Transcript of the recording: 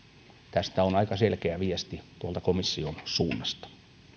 tästä on aika selkeä viesti komission suunnasta